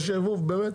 יש ערבוב באמת?